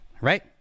right